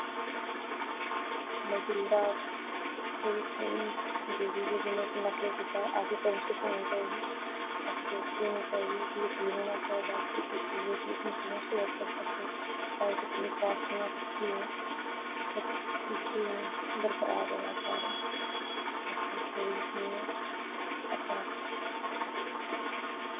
मडिलडा ते ओह्दी फ्रेंड जि'न्ने उसी नेकलेस दित्ता ऐसी फ्रेंडशिप होनी चाहिदी ऐसी दोस्ती होनी चाहिदी इक यकीन होना चाहिदा कि इक दूऐ गी अपनी चीजां शेयर करी सकदे चाहे ओह् कितनी कॉस्टली कुछ बी होऐ इक यकीन बरकरार रौह्ना चाहिदा बाकी स्टोरी सुनियै अच्छा लग्गेआ